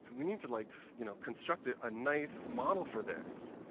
we need to like you know construct ah a nice model for this.